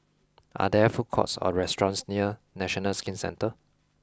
are there food courts or restaurants near National Skin Centre